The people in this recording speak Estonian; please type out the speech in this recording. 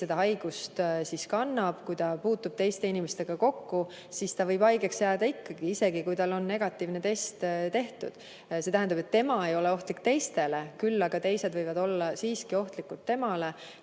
seda haigust kannab ning ta puutub sellise inimestega kokku, siis ta võib haigeks jääda ikkagi, isegi kui tal on negatiivne test tehtud. See tähendab, et tema ei ole ohtlik teistele, küll aga teised võivad olla siiski ohtlikud temale.